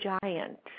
giant